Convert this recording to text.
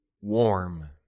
warm